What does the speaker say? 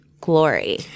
glory